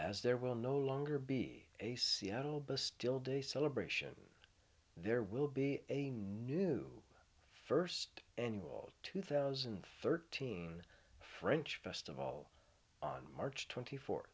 as there will no longer be a seattle but still day celebration there will be a new first annual two thousand and thirteen french festival on march twenty four